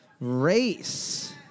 race